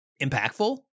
impactful